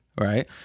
right